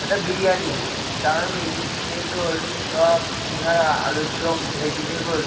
একটা biryani chowmein egg roll chop সিঙাড়া আলুরদম ভেজিটেবল